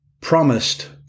promised